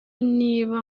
niba